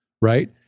right